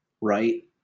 right